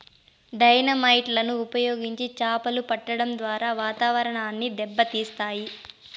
dynamite లను ఉపయోగించి చాపలు పట్టడం ద్వారా వాతావరణాన్ని దెబ్బ తీస్తాయి